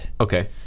Okay